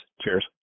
Cheers